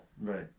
Right